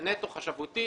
זה נטו חשבותי.